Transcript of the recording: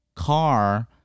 car